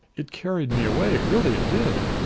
it carried me away really it did!